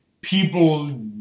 people